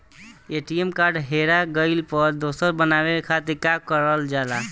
ATM card हेरा गइल पर दोसर बनवावे खातिर का करल जाला?